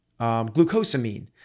glucosamine